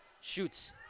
shoots